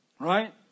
Right